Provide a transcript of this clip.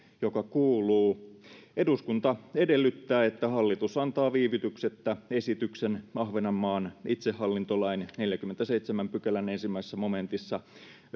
joka kuuluu eduskunta edellyttää että hallitus antaa viivytyksettä esityksen ahvenanmaan itsehallintolain neljännenkymmenennenseitsemännen pykälän ensimmäisessä momentissa